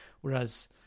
whereas